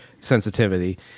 sensitivity